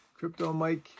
CryptoMike